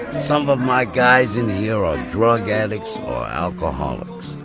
some of my guys in here are drug addicts or alcoholics,